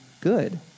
good